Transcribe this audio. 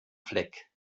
fleck